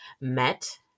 met